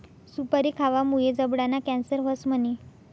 सुपारी खावामुये जबडाना कॅन्सर व्हस म्हणे?